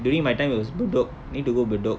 during my time it was bedok need to go bedok